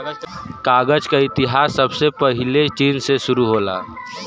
कागज क इतिहास सबसे पहिले चीन से शुरु होला